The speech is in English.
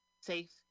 safe